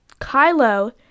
Kylo